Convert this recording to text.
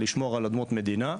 לשמור על אדמות מדינה.